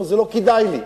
אומר: זה לא כדאי לי,